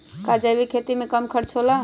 का जैविक खेती में कम खर्च होला?